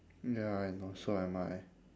ya I know so am I